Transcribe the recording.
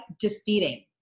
defeating